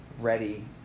ready